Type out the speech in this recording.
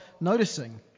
noticing